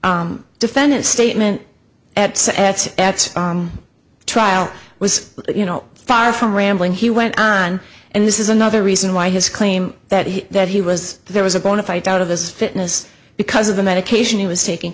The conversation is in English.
defendant's statement at set at trial was you know far from rambling he went on and this is another reason why his claim that he that he was there was a bonafide out of his fitness because of the medication he was taking